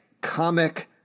comic